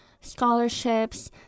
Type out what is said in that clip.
scholarships